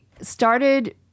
started